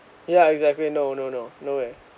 ya exactly no no no no way